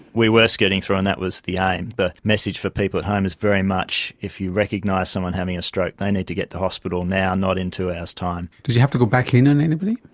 we were scooting through, and that was the aim. the message for people at home is very much if you recognise someone having a stroke, they need to get to hospital now, not in two hours time. did you have to go back in on anybody?